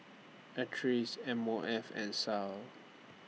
Acres M O F and Sal